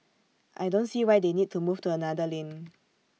I don't see why they need to move to another lane